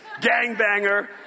gangbanger